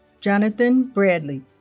jonathan bradley